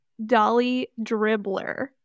dollydribbler